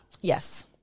Yes